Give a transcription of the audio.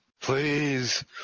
please